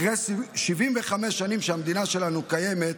אחרי 75 שנים שהמדינה שלנו קיימת,